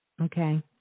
Okay